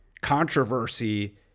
controversy